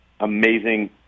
amazing